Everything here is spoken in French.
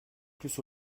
plus